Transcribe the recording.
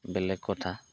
বেলেগ কথা